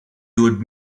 would